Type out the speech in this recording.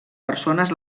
persones